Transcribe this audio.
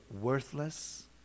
worthless